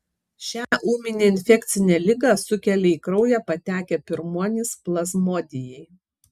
šią ūminę infekcinę ligą sukelia į kraują patekę pirmuonys plazmodijai